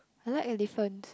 I like elephant